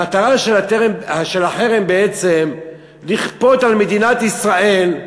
המטרה של החרם בעצם לכפות על מדינת ישראל,